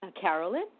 Carolyn